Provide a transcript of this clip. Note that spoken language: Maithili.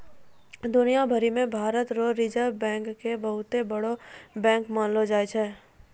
दुनिया भरी मे भारत रो रिजर्ब बैंक के बहुते बड़ो बैंक मानलो जाय छै